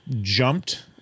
jumped